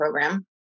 program